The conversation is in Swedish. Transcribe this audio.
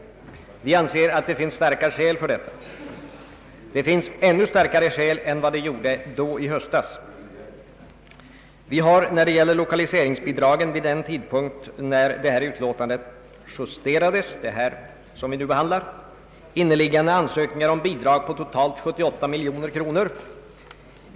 Vi anser att det finns starka skäl för detta, ännu starkare skäl än i höstas. Vid den tidpunkt då förevarande utlåtande justerades fanns det ansökningar om bidrag på totalt 78 miljoner kronor.